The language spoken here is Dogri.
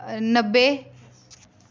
नब्बे